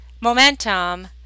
momentum